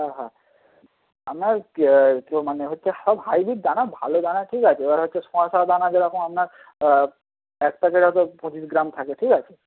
হ্যাঁ হ্যাঁ আপনার তো মানে হচ্ছে সব হাইব্রিড দানা ভালো দানা ঠিক আছে এবার হচ্ছে সময়স দানা যেরকম আপনার এক প্যাকেট হয়তো পঁচিশ গ্রাম থাকে ঠিক আছে